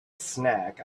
snack